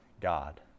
God